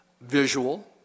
visual